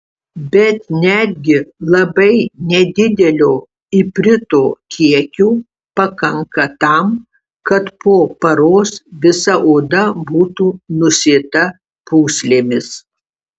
bet netgi labai nedidelio iprito kiekio pakanka tam kad po paros visa oda būtų nusėta pūslėmis